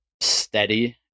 steady